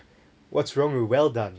what's wrong with well done